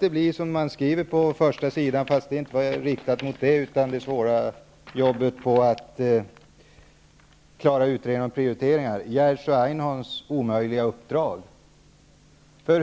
bli som man skriver på första sidan av Landstingsvärlden. Det var väl riktat mot det svåra jobbet att klara utredningar och prioriteringar -- Jerzy Einhorns omöjliga uppdrag.